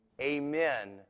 Amen